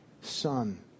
Son